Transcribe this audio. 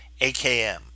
AKM